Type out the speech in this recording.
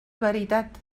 veritat